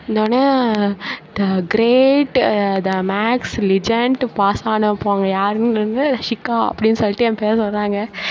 வந்தோவுன்னே the great the max legend பாசானவங்க யாருன்னே ஷிக்கா அப்படின்னு சொல்லிட்டு என் பேரை சொல்கிறாங்க